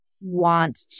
want